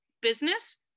business